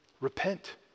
Repent